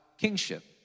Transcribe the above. kingship